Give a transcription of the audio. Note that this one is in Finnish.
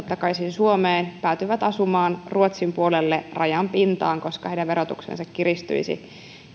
takaisin suomeen päätyy asumaan ruotsin puolelle rajan pintaan koska heidän verotuksensa kiristyisi